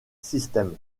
system